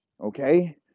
okay